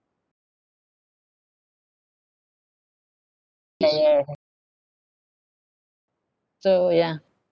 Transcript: ya ya ya ya so yeah